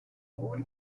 coal